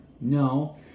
no